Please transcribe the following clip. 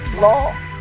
law